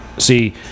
See